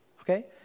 okay